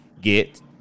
get